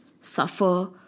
suffer